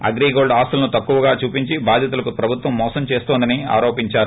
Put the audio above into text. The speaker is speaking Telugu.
అగ్రిగోల్డ్ ఆస్తులను తక్కువుకు చూపించి బాధితులను ప్రభుత్వం మోసం చేస్తుందని ఆరోపించారు